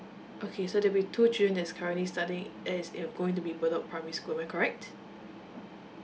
okay so there'll be two children that's currently studying as in going to be in bedok primary school am I correct